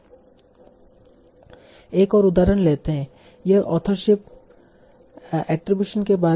एक और उदाहरण लेते हैं यह ऑथरशिप एट्रीबूशन के बारे में है